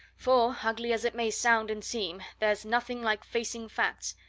for, ugly as it may sound and seem, there's nothing like facing facts,